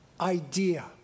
idea